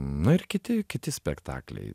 nu ir kiti kiti spektakliai